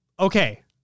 Okay